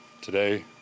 today